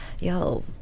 yo